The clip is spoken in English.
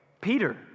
Peter